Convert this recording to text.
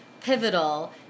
pivotal